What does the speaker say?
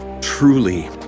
Truly